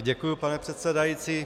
Děkuji, pane předsedající.